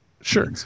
Sure